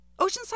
Oceanside